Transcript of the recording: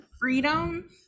freedom